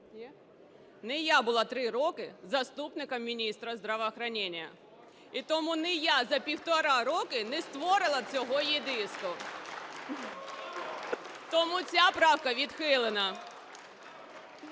Не я була 3 роки заступником міністра здравоохранения. І тому не я за півтора роки не створила цього ЄДІСТу. Тому ця правка відхилена.